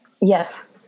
Yes